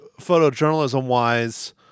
photojournalism-wise